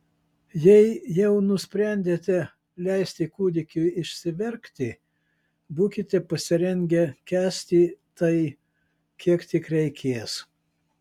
jei jau nusprendėte leisti kūdikiui išsiverkti būkite pasirengę kęsti tai kiek tik reikės